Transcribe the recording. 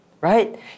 right